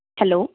hello